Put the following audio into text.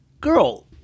Girl